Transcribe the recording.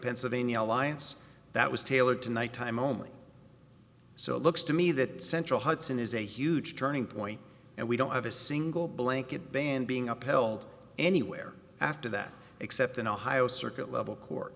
pennsylvania alliance that was tailored to night time only so it looks to me that central hudson is a huge turning point and we don't have a single blanket ban being upheld anywhere after that except in ohio circuit level court